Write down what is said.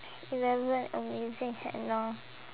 eleven amazing henna